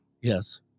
Yes